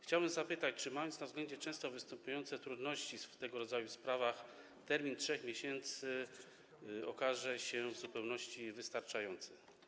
Chciałbym zapytać, czy mając na względzie często występujące trudności w tego rodzaju sprawach, termin 3 miesięcy okaże się w zupełności wystarczający.